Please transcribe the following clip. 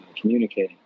communicating